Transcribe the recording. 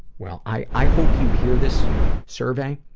well, i i hope you hear this survey,